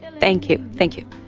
thank you thank you.